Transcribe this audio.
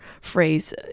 phrase